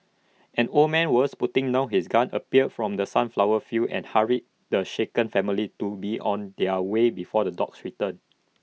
an old man who was putting down his gun appeared from the sunflower fields and hurried the shaken family to be on their way before the dogs return